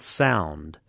sound